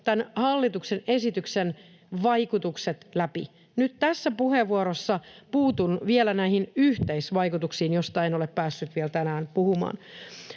hallituksen esityksen vaikutukset läpi. Nyt tässä puheenvuorossa puutun vielä näihin yhteisvaikutuksiin, joista en ole päässyt vielä tänään puhumaan.